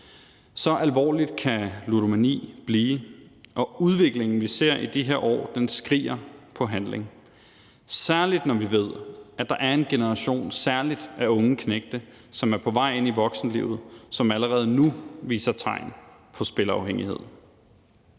Så alvorligt kan ludomani blive, og udviklingen, vi ser i de her år, skriger på handling. Særlig når vi ved, at der er en generation, særlig af unge knægte, som er på vej ind i voksenlivet, og som allerede nu viser tegn på spilafhængighed.